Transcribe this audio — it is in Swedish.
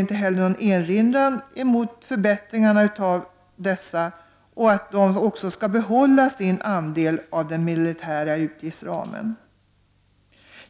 inte heller någon erinran mot förbättringar av värnpliktsförmånerna och att dessa skall behålla sin andel av den militära utgiftsramen.